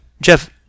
Jeff